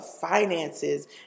finances